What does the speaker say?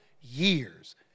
years